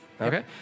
Okay